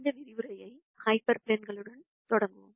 இந்த விரிவுரையை ஹைப்பர் பிளேன்களுடன் தொடங்குவோம்